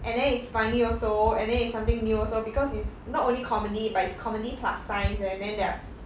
and then it's funny also and then it's something new also because it's not only comedy but it's comedy plus science leh then there are s~